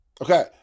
Okay